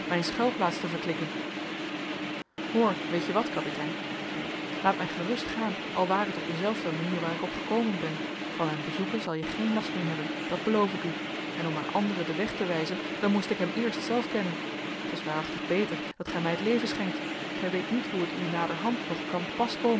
mijn schuilplaats te verklikken hoor weet je wat kapitein zei ik laat mij gerust gaan al ware het op dezelfde manier waar ik op gekomen ben van mijn bezoeken zal je geen last meer hebben dat beloof ik u en om aan anderen den weg te wijzen dan moest ik hem eerst zelf kennen t is waarachtig beter dat gij mij het leven schenkt gij weet niet hoe het u naderhand nog kan te pas komen